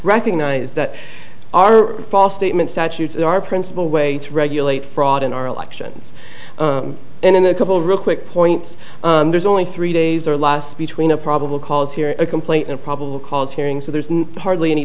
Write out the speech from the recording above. recognize that our false statement statutes are principal way to regulate fraud in our elections and in a couple real quick points there's only three days or last between a probable cause hearing a complaint and a probable cause hearing so there's hardly any